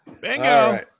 bingo